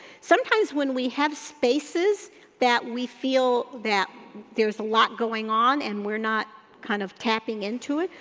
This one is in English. sometimes when we have spaces that we feel that there's a lot going on and we're not kind of tapping into it,